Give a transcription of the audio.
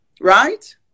Right